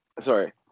Sorry